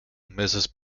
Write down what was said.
mrs